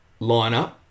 lineup